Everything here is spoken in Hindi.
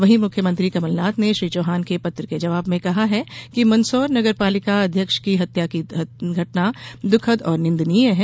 वहीं मुख्यमंत्री कमलनाथ ने श्री चौहान के पत्र के जवाब में कहा है कि मंदसौर नगरपालिका अध्यक्ष की हत्या की घटना दूखद और निंदनीय है